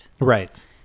Right